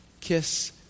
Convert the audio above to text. Kiss